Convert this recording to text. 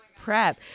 prep